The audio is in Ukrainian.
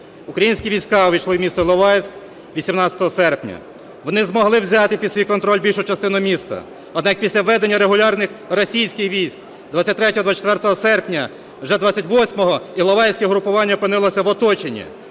Українські війська увійшли в місто Іловайськ 18 серпня, вони змогли взяти під свій контроль більшу частину міста. Однак після введення регулярних російських військ 23 і 24 серпня вже 28 іловайське угрупування опинилося в оточенні.